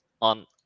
on